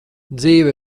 dzīve